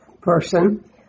person